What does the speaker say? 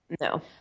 No